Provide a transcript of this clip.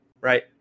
right